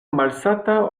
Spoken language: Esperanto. malsata